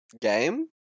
Game